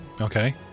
Okay